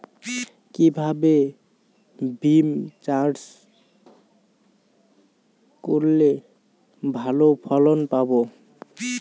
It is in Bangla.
কিভাবে বিম চাষ করলে ভালো ফলন পাব?